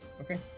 Okay